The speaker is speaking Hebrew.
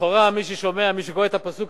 לכאורה, מי שקורא את הפסוק